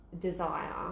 desire